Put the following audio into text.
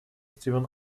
steven